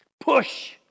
Push